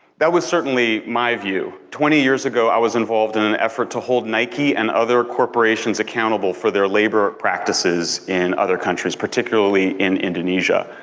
that was certainly my view. twenty years ago i was involved in an effort to hold nike and other corporations accountable for their labor practices in other countries, particularly in indonesia.